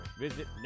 Visit